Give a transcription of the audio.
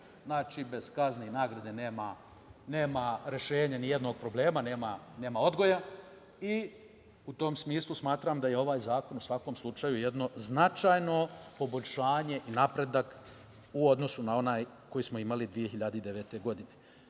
Znači, bez kazne i nagrade nema rešenja nijednog problema, nema odgoja. U tom smislu, smatram da je ovaj zakon u svakom slučaju jedno značajno poboljšanje i napredak u odnosu na onaj koji smo imali 2009. godine. Naravno